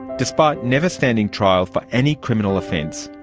despite never standing trial for any criminal offence,